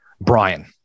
Brian